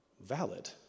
valid